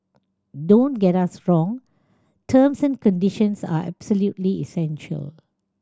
don't get us wrong terms and conditions are absolutely essential